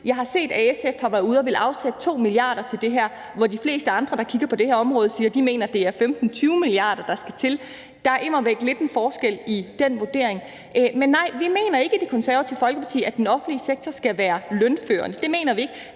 Jeg har set, at SF har villet afsætte 2 mia. kr. til det her, hvor de fleste andre, der kigger på det her område, siger, at de mener, at det er 15-20 mia. kr., der skal til. Der er immer væk lidt en forskel i den vurdering. Men nej, vi mener ikke i Det Konservative Folkeparti, at den offentlige sektor skal være lønførende. Det mener vi ikke,